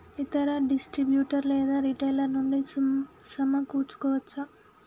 ఇతర డిస్ట్రిబ్యూటర్ లేదా రిటైలర్ నుండి సమకూర్చుకోవచ్చా?